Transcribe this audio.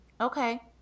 Okay